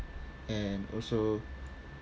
and also